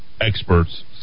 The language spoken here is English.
experts